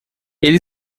ele